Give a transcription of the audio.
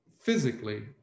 physically